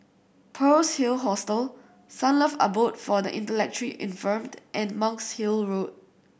Pearl's Hill Hostel Sunlove Abode for the Intellectually Infirmed and Monk's Hill Road